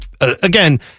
again